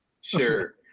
Sure